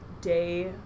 day